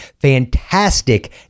fantastic